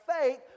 faith